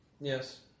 Yes